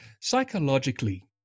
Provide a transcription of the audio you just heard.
psychologically